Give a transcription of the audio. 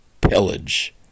pillage